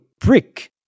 brick